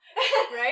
Right